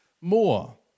more